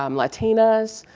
um latinas,